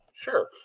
Sure